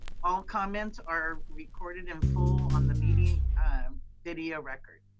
all comments are recorded in full on the meeting video record,